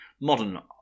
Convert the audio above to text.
Modern